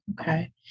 okay